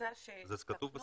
זה כתוב בסעיף.